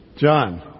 John